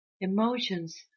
emotions